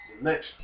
next